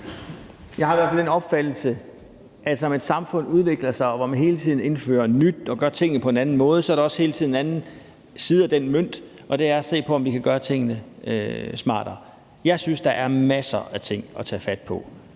Jeg har i hvert fald den opfattelse, at der med et samfund, der udvikler sig, og hvor man hele tiden indfører nyt og gør tingene på en anden måde, så også hele tiden er en anden side af den mønt, og det er at se på, om vi kan gøre tingene smartere. Jeg synes, der er masser af ting at tage fat på